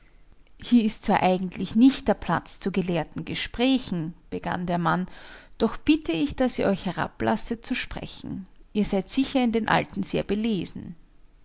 hier ist zwar eigentlich nicht der platz zu gelehrten gesprächen begann der mann doch bitte ich daß ihr euch herablasset zu sprechen ihr seid sicher in den alten sehr belesen